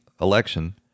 election